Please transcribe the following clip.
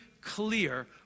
clear